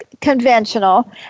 conventional